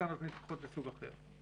וכאן נותנים תמיכות מסוג אחר.